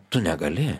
tu negali